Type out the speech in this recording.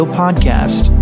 podcast